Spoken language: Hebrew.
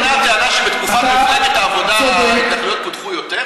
האם נכונה הטענה שבתקופת מפלגת העבודה ההתנחלויות פותחו יותר?